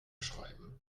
schreiben